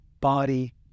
body